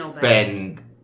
bend